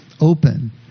open